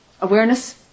Awareness